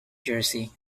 jersey